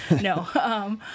No